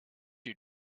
you